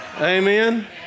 Amen